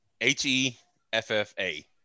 H-E-F-F-A